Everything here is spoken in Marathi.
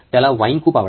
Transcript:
त्याला वाईन खूप आवडते